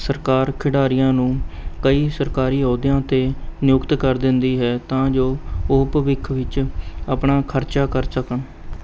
ਸਰਕਾਰ ਖਿਡਾਰੀਆਂ ਨੂੰ ਕਈ ਸਰਕਾਰੀ ਅਹੁਦਿਆਂ 'ਤੇ ਨਿਯੁਕਤ ਕਰ ਦਿੰਦੀ ਹੈ ਤਾਂ ਜੋ ਉਹ ਭਵਿੱਖ ਵਿੱਚ ਆਪਣਾ ਖਰਚਾ ਕਰ ਸਕਣ